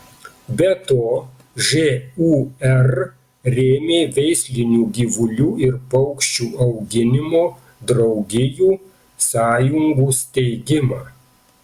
be to žūr rėmė veislinių gyvulių ir paukščių auginimo draugijų sąjungų steigimą